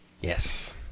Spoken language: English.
Yes